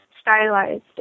stylized